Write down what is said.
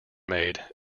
made